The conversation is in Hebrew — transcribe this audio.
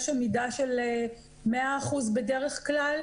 יש עמידה של 100% בדרך כלל,